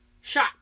shot